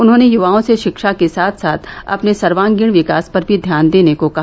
उन्होंने युवाओं से शिक्षा के साथ साथ अपने सर्वागीण विकास पर भी ध्यान देने को कहा